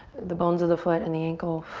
the bones of the foot and the ankle